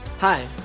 Hi